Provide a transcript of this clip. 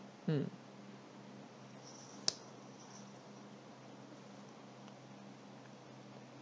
mm